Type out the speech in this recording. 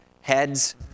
heads